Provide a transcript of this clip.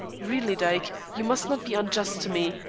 really, dyke, you must not be unjust to me,